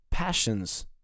passions